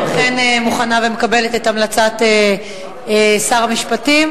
אני אכן מוכנה ומקבלת את המלצת שר המשפטים